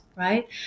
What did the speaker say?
Right